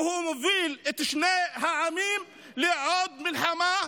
והוא מוביל את שני העמים לעוד מלחמה,